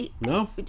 No